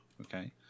okay